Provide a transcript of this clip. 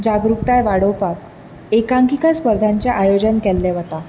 जागृकताय वाडोवपाक एकांकिका स्पर्धांचें आयोजन केल्लें वता